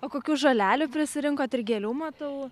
o kokių žolelių prisirinkot ir gėlių matau